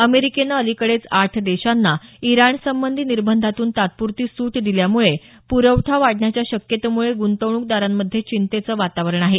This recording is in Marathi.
अमेरिकेनं अलिकडेच आठ देशांना इराण संबंधी निर्बंधांतून तात्पुरती सूट दिल्यामुळे प्रवठा वाढण्याच्या शक्यतेमुळे गृंतवणूकदारांमध्ये चिंतेचं वातावरण आहे